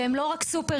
שהם לא רק סופרים.